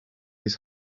his